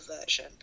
version